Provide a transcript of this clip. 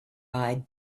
eyed